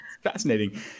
Fascinating